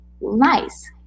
Nice